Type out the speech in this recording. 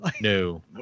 No